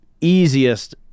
easiest